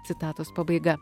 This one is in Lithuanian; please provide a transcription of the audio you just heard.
citatos pabaiga